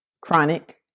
chronic